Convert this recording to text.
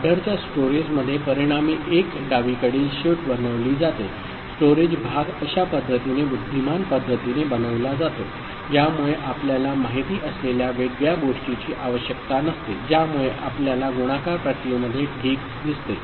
एडरच्या स्टोरेजमध्ये परिणामी एक डावीकडील शिफ्ट बनविली जाते स्टोरेज भाग अशा पद्धतीने बुद्धिमान पद्धतीने बनविला जातो ज्यामुळे आपल्याला माहित असलेल्या वेगळ्या गोष्टीची आवश्यकता नसते ज्यामुळे आपल्याला गुणाकार प्रक्रियेमध्ये ठीक दिसते